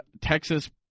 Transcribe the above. Texas